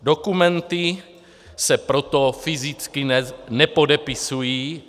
Dokumenty se proto fyzicky nepodepisují.